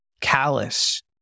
callous